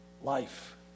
life